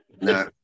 no